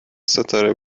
ستاره